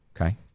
Okay